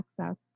access